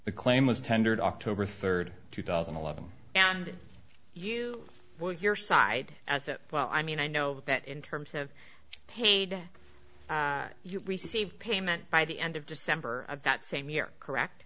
the claim was tendered october third two thousand and eleven and you were your side as well i mean i know that in terms of paid you received payment by the end of december of that same year correct